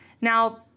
Now